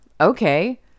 Okay